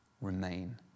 remain